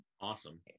Awesome